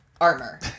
armor